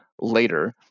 later